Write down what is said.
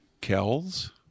Kells